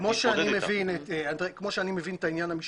כמו שאני מבין את העניין המשפטי,